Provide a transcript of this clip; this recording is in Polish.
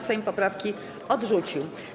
Sejm poprawki odrzucił.